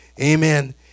Amen